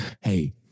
hey